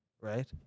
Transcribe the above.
right